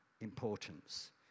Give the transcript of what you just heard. importance